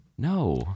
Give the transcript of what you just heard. No